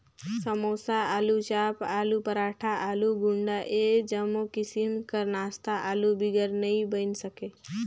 समोसा, आलूचाप, आलू पराठा, आलू गुंडा ए जम्मो किसिम कर नास्ता आलू बिगर नी बइन सके